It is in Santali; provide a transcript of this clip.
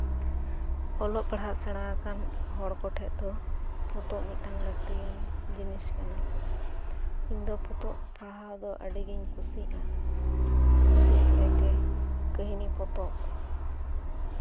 ᱚᱞᱚᱜ ᱯᱟᱲᱦᱟᱱ ᱥᱮᱬᱟ ᱟᱠᱟᱱ ᱦᱚᱲ ᱠᱚᱴᱷᱮᱱ ᱫᱚ ᱯᱚᱛᱚᱵ ᱢᱤᱫ ᱴᱟᱱ ᱞᱟᱹᱠᱛᱤ ᱡᱤᱱᱤᱥ ᱠᱟᱱᱟ ᱤᱧ ᱫᱚ ᱯᱚᱛᱚᱵ ᱯᱟᱲᱦᱟᱣ ᱫᱚ ᱟᱹᱰᱤ ᱜᱤᱧ ᱠᱩᱥᱤᱭᱟᱜᱼᱟ ᱵᱤᱥᱮᱥ ᱠᱟᱭᱛᱮ ᱠᱟᱹᱦᱱᱤ ᱯᱚᱛᱚᱵ